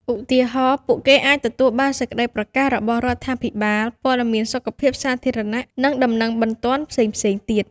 ឧទាហរណ៍ ពួកគេអាចទទួលបាន សេចក្តីប្រកាសរបស់រដ្ឋាភិបាល ព័ត៌មានសុខភាពសាធារណៈ និងដំណឹងបន្ទាន់ផ្សេងៗទៀត។